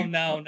no